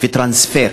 ולעשות טרנספר.